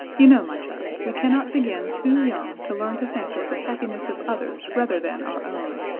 you know, my child, we cannot begin too young to learn to think of the happiness of others rather than our own.